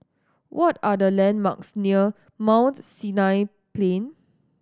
what are the landmarks near Mount Sinai Plain